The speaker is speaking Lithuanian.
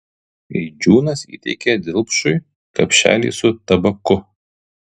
eidžiūnas įteikė dilpšui kapšelį su tabaku